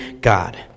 God